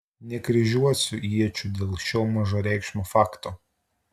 nekryžiuosiu iečių dėl šio mažareikšmio fakto